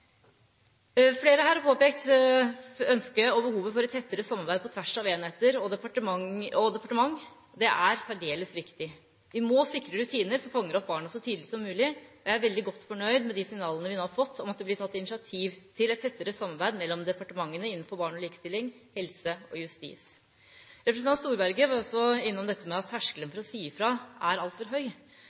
Flere har påpekt ønske om og behov for et tettere samarbeid på tvers av enheter og departement, det er særdeles viktig. Vi må sikre rutiner som fanger opp barna så tidlig som mulig. Jeg er veldig godt fornøyd med de signalene vi nå har fått om at det blir tatt initiativ til et tettere samarbeid mellom departementene innenfor områdene barn og likestilling, helse og justis. Representanten Storberget var også innom dette med at terskelen for å si ifra er altfor høy,